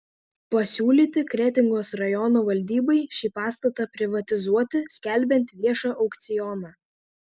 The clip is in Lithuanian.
pasiūlyti kretingos rajono valdybai šį pastatą privatizuoti skelbiant viešą aukcioną